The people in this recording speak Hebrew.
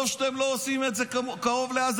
טוב שאתם לא עושים את זה קרוב לעזה